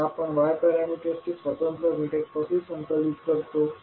तर आपण Y पॅरामीटर्सचे स्वतंत्र घटक कसे संकलित करतो